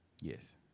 Yes